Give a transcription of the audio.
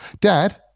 Dad